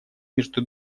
между